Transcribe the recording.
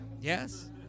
Yes